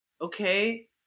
Okay